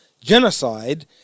genocide